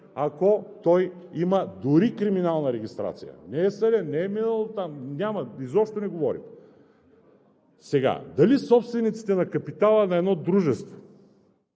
ако има дори криминална регистрация. Не е съден, не е минало дело. Няма, изобщо не говорим! Дали собствениците на капитала на едно дружество